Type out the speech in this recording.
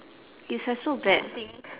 it's like so bad